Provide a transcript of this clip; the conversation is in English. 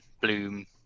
Bloom